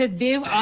ah do